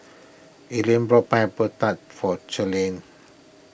Ellie bought Pineapple Tart for Charlene